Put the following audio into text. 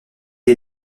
est